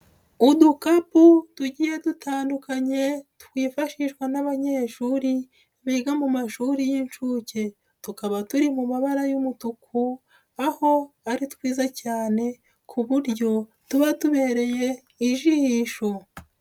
Udukapu tugiye dutandukanye twifashishwa n'abanyeshuri, biga mu mashuri y'inshuke. Tukaba turi mu mabara y'umutuku, aho ari twiza cyane ku buryo tuba tubereye ijisho.